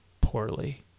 poorly